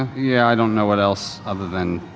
yeah, i don't know what else other than,